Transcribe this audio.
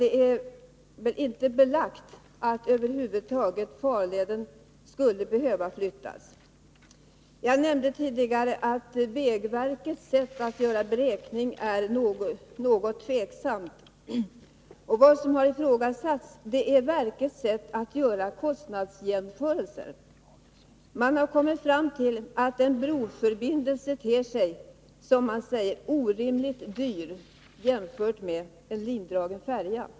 Det är över huvud taget inte bevisat att farleden behöver flyttas. Jag nämnde tidigare att vägverkets sätt att göra beräkningar är något tveksamt. Det som har ifrågasatts är vägverkets sätt att göra kostnadsjämförelser. Man har kommit fram till att en broförbindelse ter sig, som man säger, orimligt dyr jämfört med en lindriven färja.